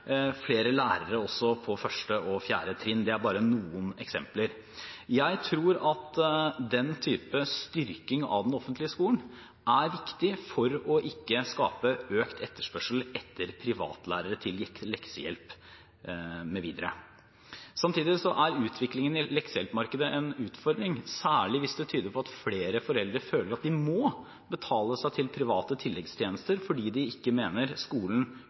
flere lærere også på første og fjerde trinn. Det er bare noen eksempler. Jeg tror at den typen styrking av den offentlige skolen er viktig for ikke å skape økt etterspørsel etter privatlærere til leksehjelp mv. Samtidig er utviklingen i leksehjelpmarkedet en utfordring, særlig hvis det tyder på at flere foreldre føler at de må betale seg til private tilleggstjenester fordi de ikke mener skolen